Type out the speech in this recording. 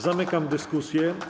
Zamykam dyskusję.